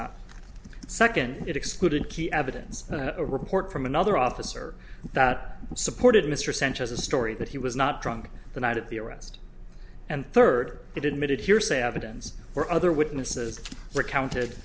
not second it excluded key evidence a report from another officer that supported mr sanchez a story that he was not drunk the night at the arrest and third it admitted hearsay evidence or other witnesses